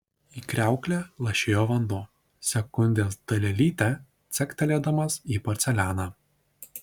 į kriauklę lašėjo vanduo sekundės dalelytę caktelėdamas į porcelianą